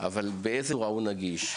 אבל באיזו צורה הוא נגיש?